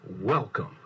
Welcome